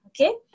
Okay